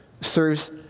serves